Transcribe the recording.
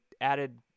added